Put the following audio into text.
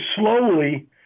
slowly